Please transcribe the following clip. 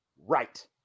Right